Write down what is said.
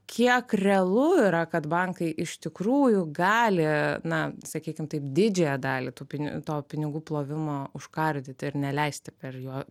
kiek realu yra kad bankai iš tikrųjų gali na sakykim taip didžiąją dalį tų pinigų to pinigų plovimo užkardyti ir neleisti per jo